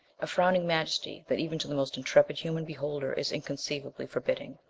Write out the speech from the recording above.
a frowning majesty that even to the most intrepid human beholder is inconceivably forbidding.